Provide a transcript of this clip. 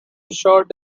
short